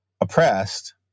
oppressed